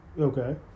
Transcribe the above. Okay